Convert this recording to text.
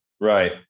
right